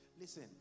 Listen